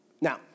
Now